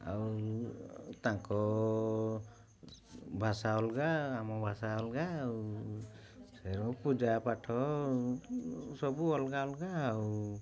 ଆଉ ତାଙ୍କ ଭାଷା ଅଲଗା ଆମ ଭାଷା ଅଲଗା ଆଉ ସେର ପୂଜା ପାଠ ସବୁ ଅଲଗା ଅଲଗା ଆଉ